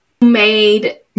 made